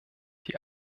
die